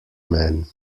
man